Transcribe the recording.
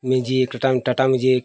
magic Tata Tata magic